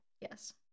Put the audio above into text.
Yes